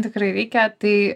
tikrai reikia tai